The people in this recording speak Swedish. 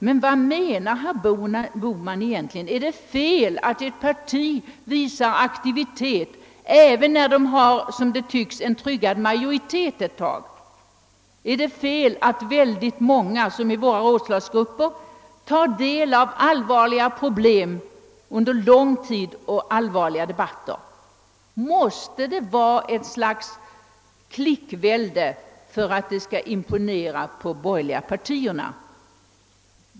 Men anser herr Bohman att det är fel av ett parti att visa aktivitet även när det har en som det tycks tryggad majoritet för en tid? är det fel att så många av våra rådslagsgrupper tar del av allvarliga problem under lång tid och för allvarliga debatter? Måste det vara ett slags klickvälde för att det skall imponera på de borgerliga partierna?